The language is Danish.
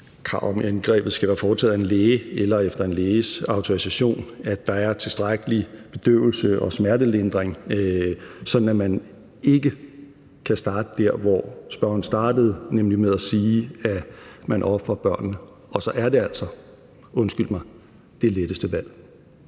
krav om, at indgrebet skal være foretaget af en læge eller efter en læges autorisation, at der er tilstrækkelig bedøvelse og smertelindring – sådan at man ikke kan starte der, hvor spørgeren startede, nemlig med at sige at man ofrer børnene, og så er det altså, undskyld mig, det letteste valg.